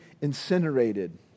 incinerated